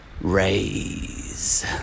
raise